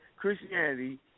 Christianity